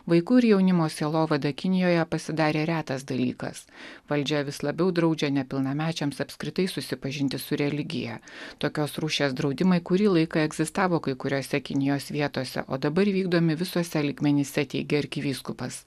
vaikų ir jaunimo sielovada kinijoje pasidarė retas dalykas valdžia vis labiau draudžia nepilnamečiams apskritai susipažinti su religija tokios rūšies draudimai kurį laiką egzistavo kai kuriose kinijos vietose o dabar vykdomi visuose lygmenyse teigia arkivyskupas